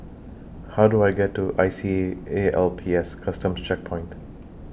How Do I get to I C A A L P S Customs Checkpoint